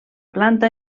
planta